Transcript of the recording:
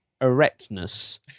erectness